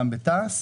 גם בתע"ש.